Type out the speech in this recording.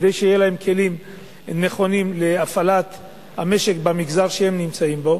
כדי שיהיו להם כלים נכונים להפעלת המשק במגזר שהם נמצאים בו,